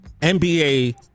NBA